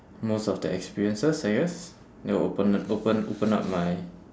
most of the experiences I guess that will open open open up my